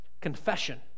confession